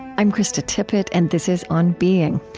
i'm krista tippett, and this is on being.